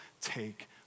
take